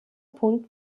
punkt